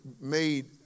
made